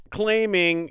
claiming